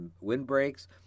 windbreaks